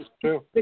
true